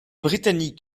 britanniques